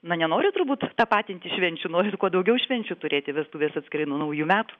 na nenori turbūt tapatinti švenčių nori ir kuo daugiau švenčių turėti vestuvės atskirai nuo naujų metų